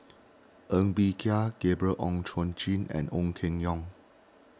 Ng Bee Kia Gabriel Oon Chong Jin and Ong Keng Yong